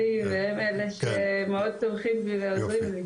והם אלה שהכי תומכים בי ועוזרים לי.